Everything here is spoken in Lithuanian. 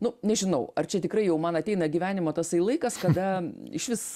nu nežinau ar čia tikrai jau man ateina gyvenimo tasai laikas kada išvis